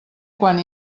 quan